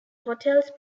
hotels